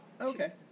Okay